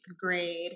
grade